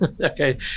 Okay